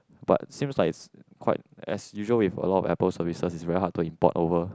but seems like quite as usual with a lot of Apple services are very hard to import over